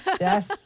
yes